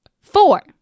Four